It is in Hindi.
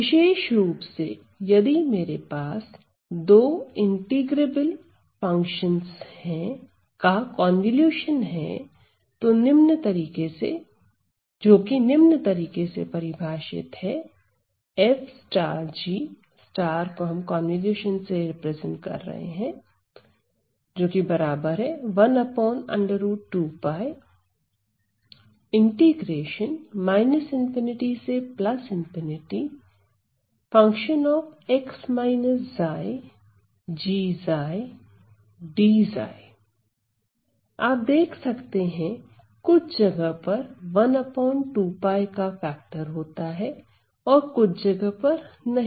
विशेष रुप से यदि मेरे पास दो इंटीग्रेबल फंक्शंस का कोनवॉल्यूशन है जो कि निम्न तरीके से परिभाषित है आप देख सकते हैं कुछ जगह पर का फैक्टर होता है और कुछ जगह पर नहीं